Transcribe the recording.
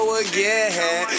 again